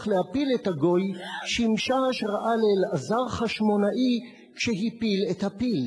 להפיל את הגוי שימשה השראה לאלעזר חשמונאי כשהפיל את הפיל.